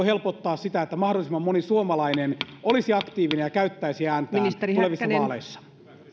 helpottaa sitä että mahdollisimman moni suomalainen olisi aktiivinen ja käyttäisi ääntään tulevissa vaaleissa